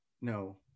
no